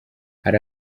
hari